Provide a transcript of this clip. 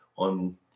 On